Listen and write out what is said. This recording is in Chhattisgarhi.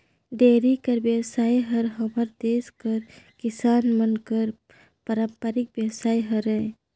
डेयरी कर बेवसाय हर हमर देस कर किसान मन कर पारंपरिक बेवसाय हरय